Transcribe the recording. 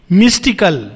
mystical